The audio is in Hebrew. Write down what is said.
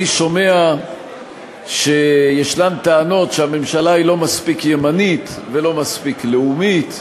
אני שומע שישנן טענות שהממשלה לא מספיק ימנית ולא מספיק לאומית,